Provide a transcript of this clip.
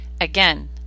again